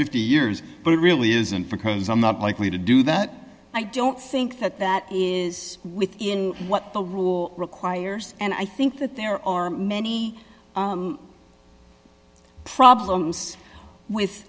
fifty years but it really isn't because i'm not likely to do that i don't think that that is within what the rule requires and i think that there are many problems with